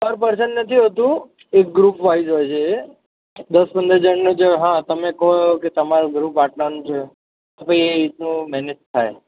પર પર્સન નથી હોતું એક ગ્રુપ વાઇસ હોય છે એ દસ પંદર જણનું હા તમે કહો તમારું ગ્રુપ આટલાનું છે તો પછી એ રીતનું મેનેજ થાય એમ